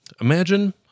Imagine